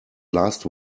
last